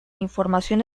información